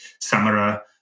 Samara